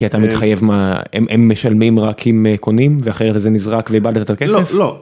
אתה מתחייב מה הם משלמים רק אם קונים ואחרי זה נזרק ואיבדת את הכסף.